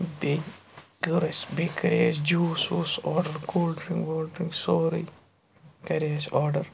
بیٚیہِ کٔر اَسہِ بیٚیہِ کَرے اَسہِ جوٗس ووٗس آرڈَر کولڈ ڈٕرٛنٛگ وولڈ ڈٕرٛنٛک سورُے کَرے اَسہِ آرڈَر